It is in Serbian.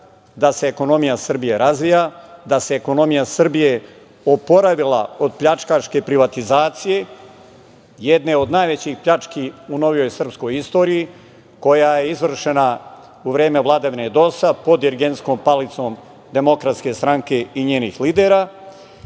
da se ekonomija Srbije razvija, da se ekonomija Srbije oporavila od pljačkaške privatizacije, jedne od najvećih pljački u novijoj srpskoj istoriji, koja je izvršena u vreme vladavine DOS, pod dirigentskom palicom DS i njenih lidera. Druga